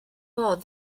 both